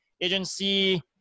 agency